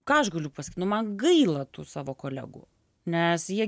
ką aš galiu pasakyt nu man gaila tų savo kolegų nes jie